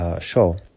show